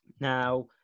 Now